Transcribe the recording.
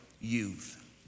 youth